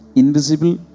invisible